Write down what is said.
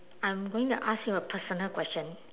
I'm going to ask you a personal question